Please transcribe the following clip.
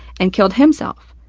and killed himself,